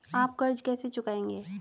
आप कर्ज कैसे चुकाएंगे?